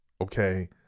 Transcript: okay